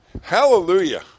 Hallelujah